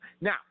Now